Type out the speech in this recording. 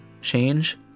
change